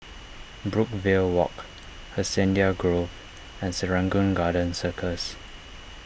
Brookvale Walk Hacienda Grove and Serangoon Garden Circus